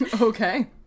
Okay